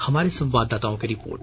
हमारे संवाददाताओं की रिपोर्ट